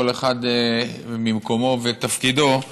כל אחד ממקומו ותפקידו,